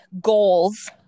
goals